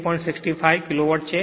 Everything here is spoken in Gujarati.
65 કિલો વોટ છે